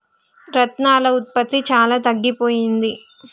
రత్నాల ఉత్పత్తి చాలా తగ్గిపోయింది